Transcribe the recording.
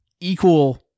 equal